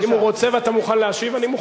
אם הוא רוצה ואתה מוכן להשיב, אני מוכן.